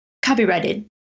copyrighted